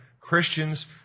Christians